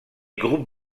groupe